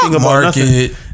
market